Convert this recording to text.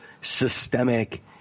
systemic